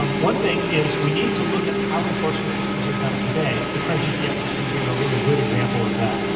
um one thing is we need to look at how enforcement systems are done today, the current gps system being a really good example of that.